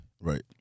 right